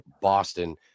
Boston